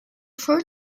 four